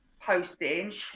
postage